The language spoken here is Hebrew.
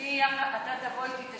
אתה תבוא איתי,